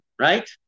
right